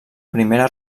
primera